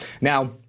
Now